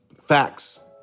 facts